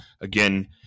again